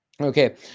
Okay